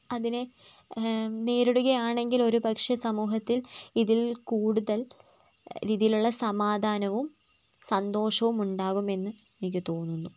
അതിനെ നേരിടുകയാണെങ്കിൽ ഒരു പക്ഷേ സമൂഹത്തിൽ ഇതിൽ കൂടുതൽ രീതിയിലുള്ള സമാധാനവും സന്തോഷവും ഉണ്ടാകുമെന്ന് എനിക്ക് തോന്നുന്നു